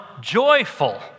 joyful